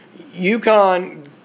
UConn